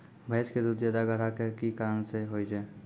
भैंस के दूध ज्यादा गाढ़ा के कि कारण से होय छै?